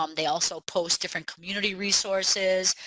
um they also post different community resources.